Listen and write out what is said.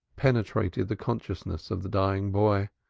penetrated the consciousness of the dying boy.